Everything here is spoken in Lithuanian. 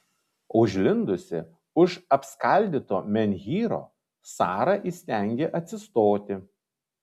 užlindusi už apskaldyto menhyro sara įstengė atsistoti